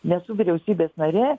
nesu vyriausybės narė